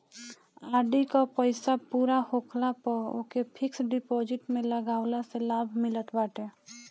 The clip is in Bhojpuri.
आर.डी कअ पईसा पूरा होखला पअ ओके फिक्स डिपोजिट में लगवला से लाभ मिलत बाटे